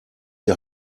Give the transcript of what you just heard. die